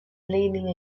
leaning